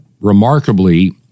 remarkably